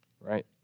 Right